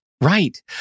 Right